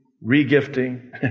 re-gifting